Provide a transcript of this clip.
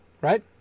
Right